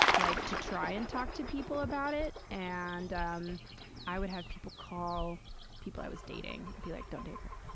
like, to try and talk to people about it. and um i would have people call people i was dating and be like, don't date her.